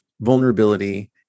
vulnerability